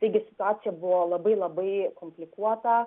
taigi situacija buvo labai labai komplikuota